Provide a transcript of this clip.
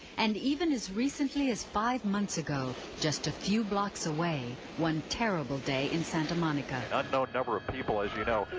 and even as recently as five months ago just a few blocks away one terrible day in santa monica. an unknown number of people as you know.